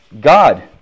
God